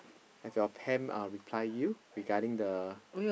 have your pam uh reply you regarding the